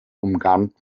umgarnt